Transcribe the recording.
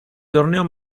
torneo